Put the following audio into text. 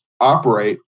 operate